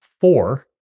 four